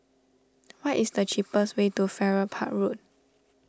what is the cheapest way to Farrer Park Road